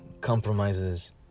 compromises